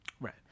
Right